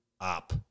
up